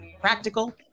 practical